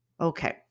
Okay